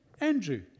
Andrew